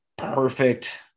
perfect